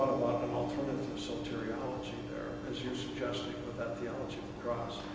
an alternative so theology there as you're suggesting with that theology of the cross.